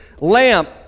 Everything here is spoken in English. lamp